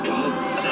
God's